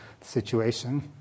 situation